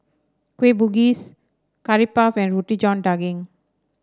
Kueh Bugis Curry Puff and Roti John Daging